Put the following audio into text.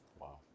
wow